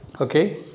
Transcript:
Okay